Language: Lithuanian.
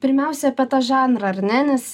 pirmiausia apie tą žanrą ar ne nes